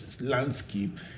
landscape